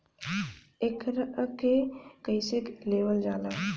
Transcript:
एकरके कईसे लेवल जाला?